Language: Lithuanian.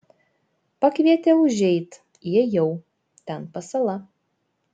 pakvietė užeit įėjau ten pasala